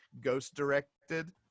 ghost-directed